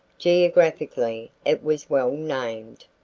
geographically, it was well named.